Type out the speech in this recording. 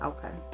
Okay